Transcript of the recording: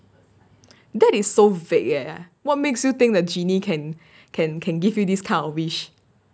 that is so vague eh what makes you think the genie can can can give you this kind of wish